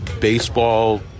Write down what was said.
baseball